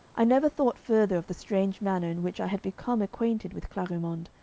i never thought further of the strange manner in which i had become acquainted with clarimonde.